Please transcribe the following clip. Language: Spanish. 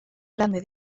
grande